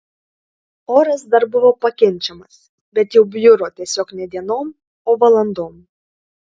oras dar buvo pakenčiamas bet jau bjuro tiesiog ne dienom o valandom